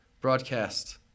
broadcast